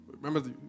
remember